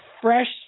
fresh